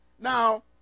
Now